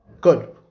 Good